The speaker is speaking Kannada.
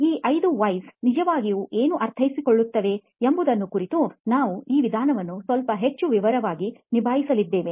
ಈ 5 Whys ನಿಜವಾಗಿ ಏನು ಅರ್ಥೈಸಿಕೊಳ್ಳುತ್ತೇವೆ ಎಂಬುದರ ಕುರಿತು ನಾವು ಈ ವಿಧಾನವನ್ನು ಸ್ವಲ್ಪ ಹೆಚ್ಚು ವಿವರವಾಗಿ ನಿಭಾಯಿಸಲಿದ್ದೇವೆ